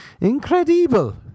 incredible